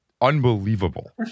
unbelievable